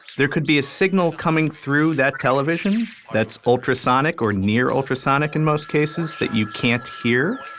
there could be a signal coming through that television that's ultrasonic or near ultrasonic in most cases, that you can't hear.